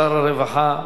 שר הרווחה,